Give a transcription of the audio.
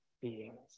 beings